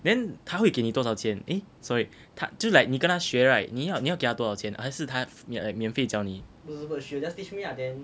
then 他会给你少钱 eh sorry 就是 like 你跟他学 right 你要你要给他多少钱还是他 like 免费教你